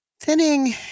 Thinning